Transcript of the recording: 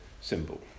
Symbol